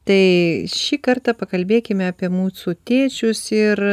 tai šį kartą pakalbėkime apie mūsų tėčius ir